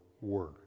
word